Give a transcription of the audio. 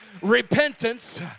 repentance